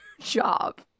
job